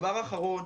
דבר אחרון.